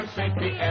safety